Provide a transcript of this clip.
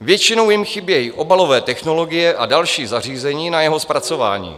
Většinou jim chybí obalové technologie a další zařízení na jeho zpracování.